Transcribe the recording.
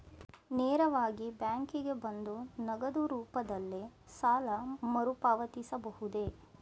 ನೇರವಾಗಿ ಬ್ಯಾಂಕಿಗೆ ಬಂದು ನಗದು ರೂಪದಲ್ಲೇ ಸಾಲ ಮರುಪಾವತಿಸಬಹುದೇ?